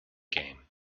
game